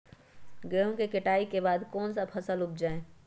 गेंहू के कटाई के बाद कौन सा फसल उप जाए?